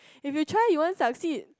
if you try you wouldn't succeed